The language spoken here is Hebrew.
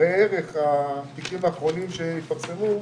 ראו את התיקים האחרונים שהתפרסמו,